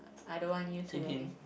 I don't want you to N_A